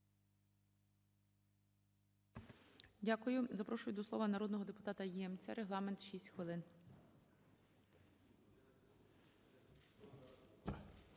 Дякую. Запрошую до слова народного депутата Ємця. Регламент – 6 хвилин.